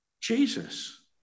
Jesus